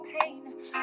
pain